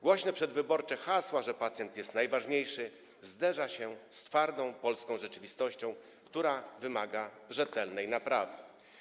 Głośne przedwyborcze hasło, że pacjent jest najważniejszy, zderza się z twardą, polską rzeczywistością, która wymaga rzetelnej naprawy.